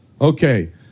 okay